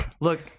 Look